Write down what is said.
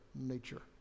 nature